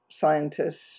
scientists